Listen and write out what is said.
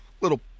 little